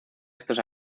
estos